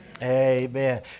Amen